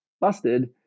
busted